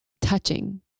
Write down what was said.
touching